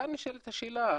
כאן נשאלת השאלה,